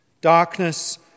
darkness